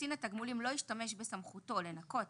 קצין התגמולים לא ישתמש בסמכותו לנכות